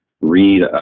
read